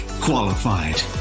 qualified